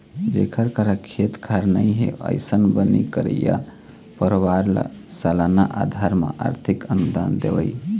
जेखर करा खेत खार नइ हे, अइसन बनी करइया परवार ल सलाना अधार म आरथिक अनुदान देवई